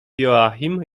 joachim